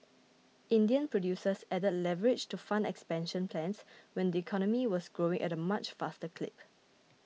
Indian producers added leverage to fund expansion plans when the economy was growing at a much faster clip